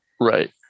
Right